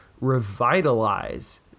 revitalize